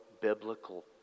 biblical